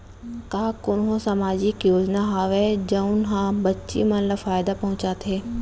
का कोनहो सामाजिक योजना हावय जऊन हा बच्ची मन ला फायेदा पहुचाथे?